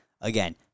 Again